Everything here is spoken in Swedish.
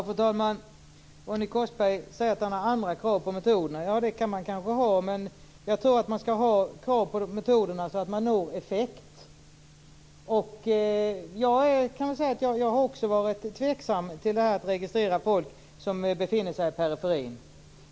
Fru talman! Ronny Korsberg säger att han har andra krav på metoderna. Det kan man kanske ha, men jag tror att man skall ha sådana krav att man når effekt. Också jag har varit tveksam inför att registrera folk som befinner sig i periferin.